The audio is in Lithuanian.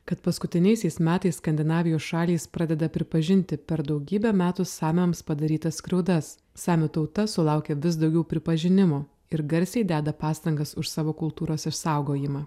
kad paskutiniaisiais metais skandinavijos šalys pradeda pripažinti per daugybę metų samiams padarytas skriaudas samių tauta sulaukia vis daugiau pripažinimo ir garsiai deda pastangas už savo kultūros išsaugojimą